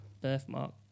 birthmark